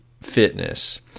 fitness